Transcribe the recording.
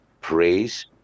praise